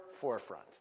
Forefront